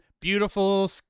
Beautiful